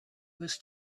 was